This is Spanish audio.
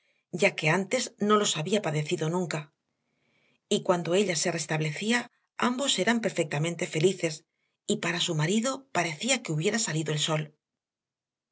ya que antes no los había padecido nunca y cuando ella se restablecía ambos eran perfectamente felices y para su marido parecía que hubiera salido el sol